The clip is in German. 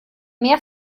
mehr